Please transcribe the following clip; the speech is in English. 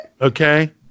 Okay